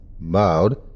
bowed